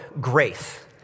grace